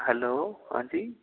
hello हाँ जी